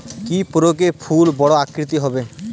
কি প্রয়োগে ফুল বড় আকৃতি হবে?